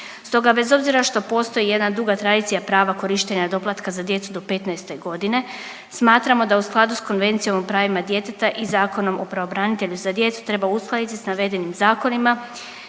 Stoga bez obzira što postoji jedna duga tradicija prava korištenja doplatka za djecu do 15 godine smatramo da u skladu sa Konvencijom o pravima djeteta i Zakonom o pravobranitelju za djecu treba uskladiti sa navedenim zakonima